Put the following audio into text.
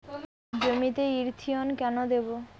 জমিতে ইরথিয়ন কেন দেবো?